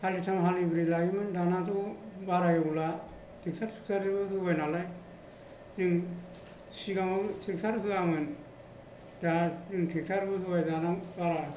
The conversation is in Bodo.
हालिथाम हालिब्रै लायोमोन दानाथ' हालेवला ट्रेक्टर थुकथारबो होबाय नालाय जों सिगाङाव ट्रेक्टर होआमोन दा जों ट्रेक्टरबो होबाय